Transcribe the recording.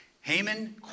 Haman